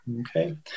Okay